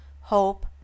hope